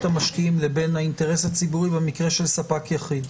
המשקיעים לבין האינטרס הציבורי במקרה של ספק יחיד.